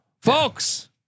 folks